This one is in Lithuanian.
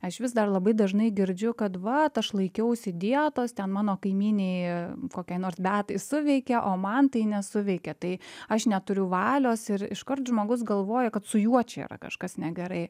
aš vis dar labai dažnai girdžiu kad vat aš laikiausi dietos ten mano kaimynei kokiai nors beatai suveikė o man tai nesuveikė tai aš neturiu valios ir iškart žmogus galvoja kad su juo čia yra kažkas negerai